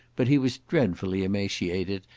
but he was dreadfully emaciated,